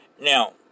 Now